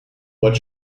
what